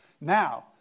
Now